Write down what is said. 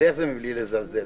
מצידך זה מבלי לזלזל.